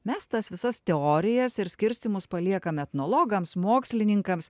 mes tas visas teorijas ir skirstymus paliekam etnologams mokslininkams